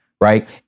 Right